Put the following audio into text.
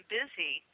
busy